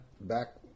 Back